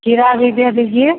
खीरा भी दे दीजिए